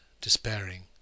despairing